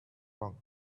long